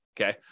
okay